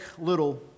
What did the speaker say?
Little